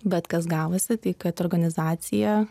bet kas gavosi tai kad organizacija